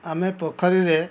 ଆମେ ପୋଖରୀରେ